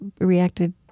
reacted